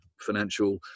financial